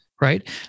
right